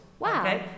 Wow